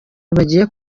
bagiye